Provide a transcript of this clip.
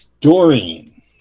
doreen